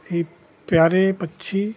प्यारे पक्षी